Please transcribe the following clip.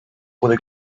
puede